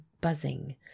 buzzing